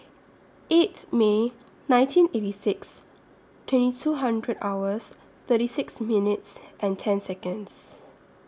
eighth May nineteen eighty six twenty two hundred hours thirty six minutes and ten Seconds